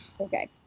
Okay